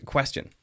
Question